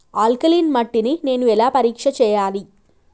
Alkaline మట్టి ని నేను ఎలా పరీక్ష చేయాలి?